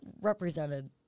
represented